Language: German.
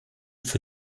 für